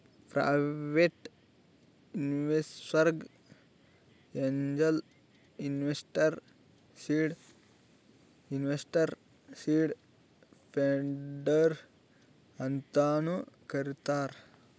private ಇನ್ವೆಸ್ಟರ್ಗ angel investor, seed investor, seed funder ಅಂತಾನು ಕರಿತಾರ್